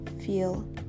feel